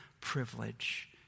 privilege